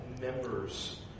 members